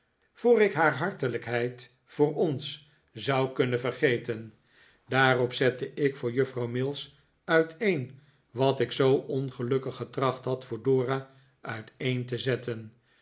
voor ik haar hartelijkheid voor ons zou kunnen vergeten daarop zette ik voor juffrouw mills uiteen wat ik zoo pngelukkig getracht had voor dora uiteen te zetten